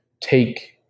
take